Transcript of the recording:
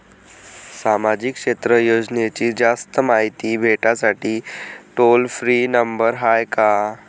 सामाजिक क्षेत्र योजनेची जास्त मायती भेटासाठी टोल फ्री नंबर हाय का?